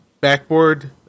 backboard